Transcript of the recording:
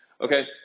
okay